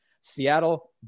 Seattle